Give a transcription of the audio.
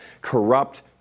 corrupt